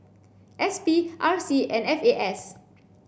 S P R C and F A S